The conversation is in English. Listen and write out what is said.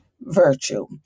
virtue